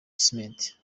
gisimenti